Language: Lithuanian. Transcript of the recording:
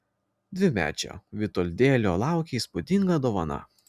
dvimečio vitoldėlio laukė įspūdinga dovana